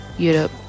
Europe